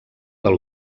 del